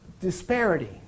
disparity